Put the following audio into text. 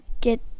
get